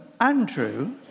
Andrew